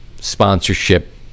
sponsorship